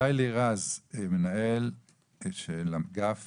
שי לירז מנהל אגף